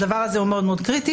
הדבר הזה הוא מאוד מאוד קריטי.